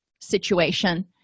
situation